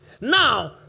Now